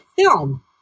film